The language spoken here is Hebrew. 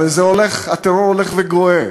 הרי הטרור הולך וגואה.